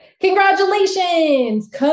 Congratulations